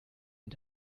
und